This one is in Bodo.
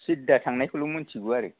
सिद्दा थांनायखौल' मोनथिगौ आरो